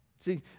See